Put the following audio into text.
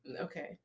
Okay